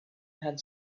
had